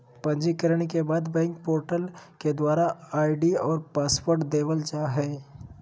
पंजीकरण के बाद बैंक पोर्टल के द्वारा आई.डी और पासवर्ड देवल जा हय